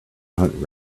hunt